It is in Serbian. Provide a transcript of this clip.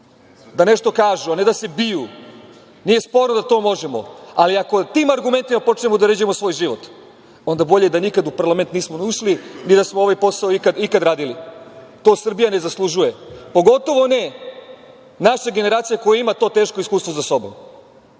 da nešto kažu, a ne da se biju. Nije sporno da to možemo, ali ako tim argumentima počinjemo da uređujemo svoj život, onda bolje da nikada u parlament nismo ni ušli, ni da smo ovoj posao ikada radili. To Srbija ne zaslužuje, pogotovo ne, naše generacije koje imaju to teško iskustvo za sobom.